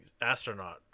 astronaut